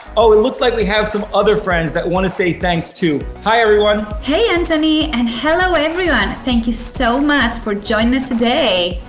oh, it looks like we have some other friends that want to say thanks too. hi, everyone. hey, anthony and hello everyone, thank you so much for joining us today.